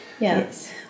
Yes